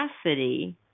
capacity